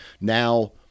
Now